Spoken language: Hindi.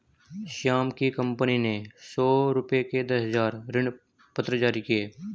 श्याम की कंपनी ने सौ रुपये के दस हजार ऋणपत्र जारी किए